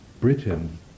Britain